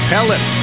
Pellet